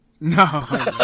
No